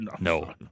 no